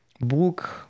book